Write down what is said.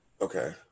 Okay